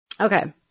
Okay